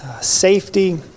safety